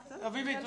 אביבית.